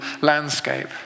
landscape